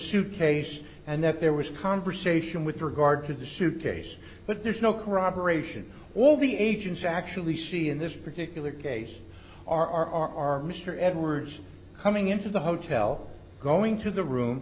suitcase and that there was conversation with regard to the suitcase but there's no corroboration all the agents actually see in this particular case are mr edwards coming into the hotel going to the room